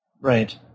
right